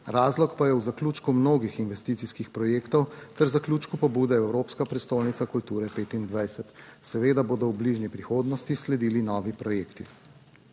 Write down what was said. Razlog pa je v zaključku mnogih investicijskih projektov ter zaključku pobude Evropska prestolnica kulture 25. Seveda bodo v bližnji prihodnosti sledili novi projekti.